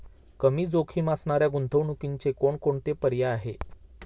कमी जोखीम असणाऱ्या गुंतवणुकीचे कोणकोणते पर्याय आहे?